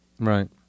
right